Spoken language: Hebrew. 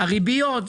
הריביות.